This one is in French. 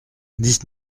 dix